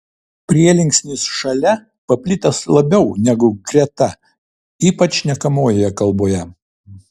prielinksnis šalia paplitęs labiau negu greta ypač šnekamojoje kalboje